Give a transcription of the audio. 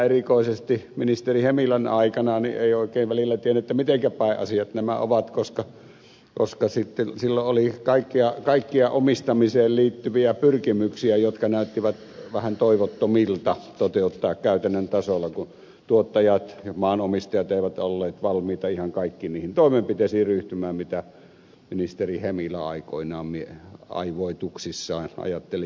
erikoisesti ministeri hemilän aikana ei oikein välillä tiennyt mitenkä päin nämä asiat ovat koska silloin oli kaikkia omistamiseen liittyviä pyrkimyksiä jotka näyttivät vähän toivottomilta toteuttaa käytännön tasolla kun tuottajat ja maanomistajat eivät olleet valmiita ihan kaikkiin niihin toimenpiteisiin ryhtymään mitä ministeri hemilä aikoinaan aivoituksissaan ajatteli ja mietti